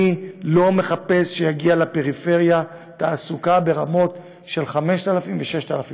אני לא מחפש שתגיע לפריפריה תעסוקה ברמות של 5,000 ו-6,000 שקל.